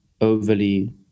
overly